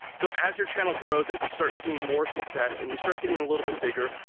so as your channel grows, as you start seeing more success and you start getting little bit bigger,